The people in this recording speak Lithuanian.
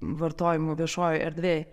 vartojimu viešojoj erdvėj